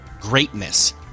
Greatness